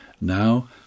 now